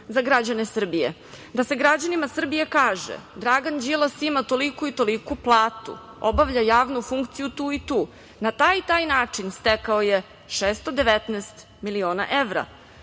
za građane Srbije, da se građanima Srbije kaže – Dragan Đilas ima toliku i toliku platu, obavlja javnu funkciju tu i tu, na taj i taj način stekao je 619 miliona evra